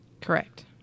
Correct